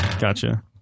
Gotcha